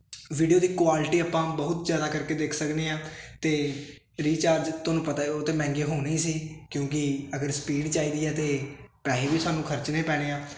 video ਦੀ quality ਆਪਾਂ ਬਹੁਤ ਜਿਆਦਾ ਕਰਕੇ ਦੇਖ ਸਕਦੇ ਆਂ ਤੇ ਰੀਚਾਰਜ ਤੁਹਾਨੂੰ ਪਤਾ ਉਹ ਤੇ ਮਹਿੰਗੇ ਹੋਣੇ ਹੀ ਸੀ ਕਿਉਂਕਿ ਅਗਰ ਸਪੀਡ ਚਾਹੀਦੀ ਹ ਤੇ ਪੈਸੇ ਵੀ ਸਾਨੂੰ ਖਰਚਣੇ ਪੈਣੇ ਆ